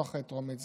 לא אחרי טרומית.